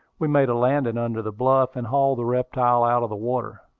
we made a landing under the bluff, and hauled the reptile out of the water.